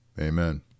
amen